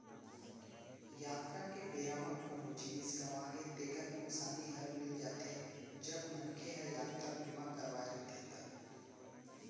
यातरा के बेरा म कोनो जिनिस गँवागे तेकर नुकसानी हर मिल जाथे, जब मनसे ह यातरा बीमा करवाय रहिथे ता